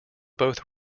both